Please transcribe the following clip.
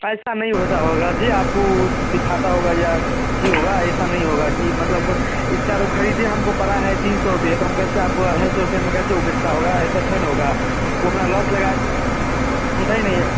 ऐसा नहीं होता होगा जी आपको दिखता होगा या अथी होगा ऐसा नहीं होगा कि मतलब कोई इसका तो ख़रीदी हम को पड़ा है तीन सौ रूपये तो हम कैसे आपको अढ़ाई सौ रुपये में कैसे वो बेचता होगा ऐसा थोड़ी ना होगा वो अपना लॉस लगा के नहीं नहीं